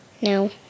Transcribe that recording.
No